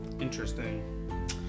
Interesting